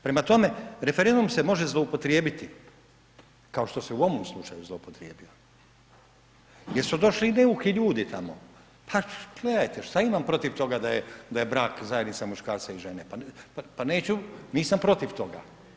Prema tome, referendum se može zloupotrijebiti, kao što se u ovom slučaju zloupotrijebio jer su došli neuki ljudi tamo, pa gledajte šta imam protiv toga da je brak zajednica muškarca i žene, pa neću, nisam protiv toga.